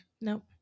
Nope